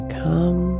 come